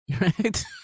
right